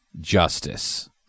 justice